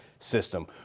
system